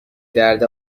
درد